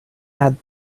had